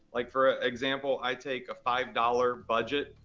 like for example, i take a five dollars budget,